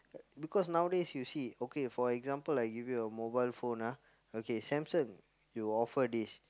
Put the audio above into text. because nowadays you see okay for example I give you a mobile phone ah okay Samsung you offer this